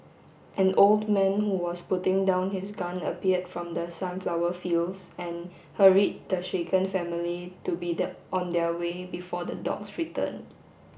an old man who was putting down his gun appeared from the sunflower fields and hurried the shaken family to be that on their way before the dogs returned